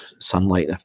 sunlight